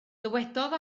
dywedodd